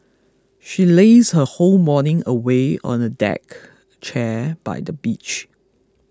she lazed her whole morning away on a deck chair by the beach